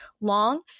long